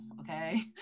okay